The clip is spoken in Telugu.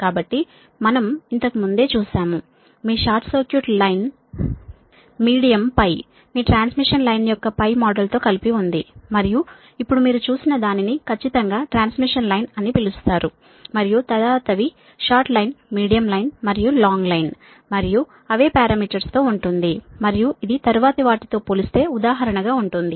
కాబట్టి మనం ఇంతకు ముందే చూశాము మీ షార్ట్ సర్క్యూట్ లైన్ మీడియం మీ ట్రాన్స్మిషన్ లైన్ యొక్క మోడల్తో కలిపి ఉంది మరియు ఇప్పుడు మీరు చూసిన దానిని ఖచ్చితంగా ట్రాన్స్మిషన్ లైన్ అని పిలుస్తారు మరియు తరువాతవి షార్ట్ లైన్ మీడియం లైన్ మరియు లాంగ్ లైన్ మరియు అవే పారామీటర్స్ తో ఉంటుంది మరియు ఇది తరువాతి వాటితో పోలిస్తే ఉదాహరణ గా ఉంటుంది